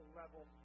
level